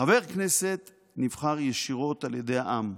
חבר כנסת נבחר ישירות על ידי העם,